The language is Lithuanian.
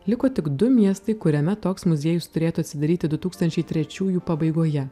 liko tik du miestai kuriame toks muziejus turėtų atsidaryti du tūkstančiai trečiųjų pabaigoje